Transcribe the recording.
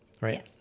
right